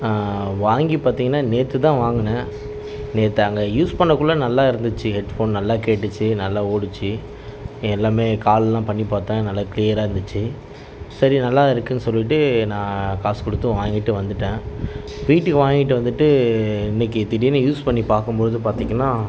வாங்கி பார்த்தீங்கன்னா நேற்று தான் வாங்கினேன் நேற்று அங்கே யூஸ் பண்ணக்குள்ளே நல்லா இருந்துச்சு ஹெட் ஃபோன் நல்லா கேட்டுச்சு நல்லா ஓடிச்சி எல்லாமே காலெலாம் பண்ணி பார்த்தேன் நல்லா கிளீயராக இருந்துச்சு சரி நல்லா இருக்குதுன் சொல்லிட்டு நான் காசு கொடுத்து வாங்கிவிட்டு வந்துவிட்டேன் வீட்டுக்கு வாங்கிவிட்டு வந்துட்டு இன்றைக்கி திடீரெனு யூஸ் பண்ணி பார்க்கும்பொழுது பார்த்தீங்கன்னா